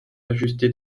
ajustées